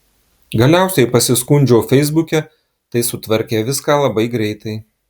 galiausiai pasiskundžiau feisbuke tai sutvarkė viską labai greitai